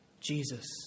Jesus